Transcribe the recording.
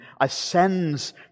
ascends